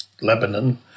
Lebanon